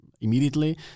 immediately